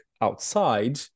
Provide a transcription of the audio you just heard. outside